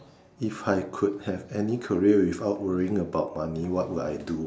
if I could have any career without worrying about money what would I do